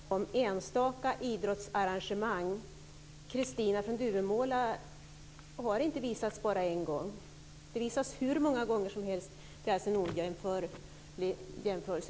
Fru talman! Lägg märke till att jag talade om enstaka idrottsarrangemang. Kristina från Duvemåla har inte visats bara en gång. Den visas hur många gånger som helst. Det är alltså ingen möjlig jämförelse.